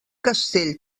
castell